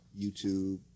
YouTube